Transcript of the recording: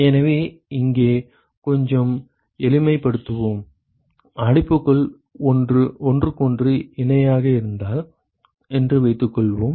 எனவே இங்கே கொஞ்சம் எளிமைப்படுத்துவோம் அடைப்புகள் ஒன்றுக்கொன்று இணையாக இருந்தால் என்று வைத்துக்கொள்வோம்